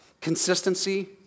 Consistency